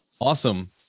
awesome